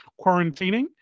quarantining